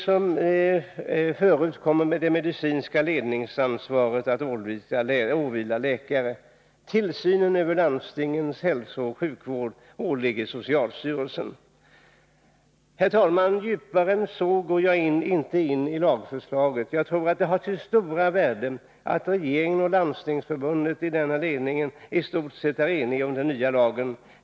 Som förut kommer det medicinska ledningsansvaret att åvila läkare. Tillsynen över landstingens hälsooch sjukvård åligger socialstyrelsen. Herr talman! Djupare än så går jag inte in i ramförslaget. Jag tror att det har sitt stora värde att regeringen och Landstingsförbundet i stort sett är eniga om den nya lagen.